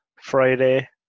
Friday